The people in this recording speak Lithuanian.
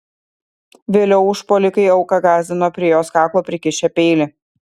vėliau užpuolikai auką gąsdino prie jos kaklo prikišę peilį